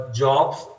jobs